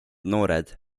noored